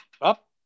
up